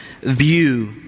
view